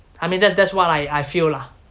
I mean that's that's what I I feel lah